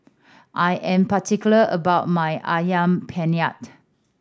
I am particular about my Ayam Penyet